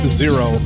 zero